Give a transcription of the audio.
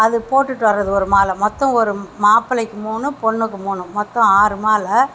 அது போட்டுகிட்டு வர்றது ஒரு மாலை மொத்தம் மாப்பிளைக்கு மூணு பொண்ணுக்கு மூணு மொத்தம் ஆறு மாலை